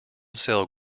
cell